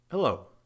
Hello